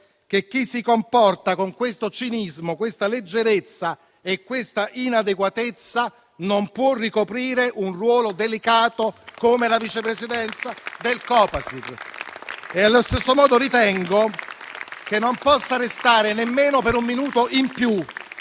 che chi si comporta con questo cinismo, questa leggerezza e questa inadeguatezza non può ricoprire un ruolo delicato come la vice presidenza del Copasir. Allo stesso modo ritengo che non possa restare nemmeno per un minuto in più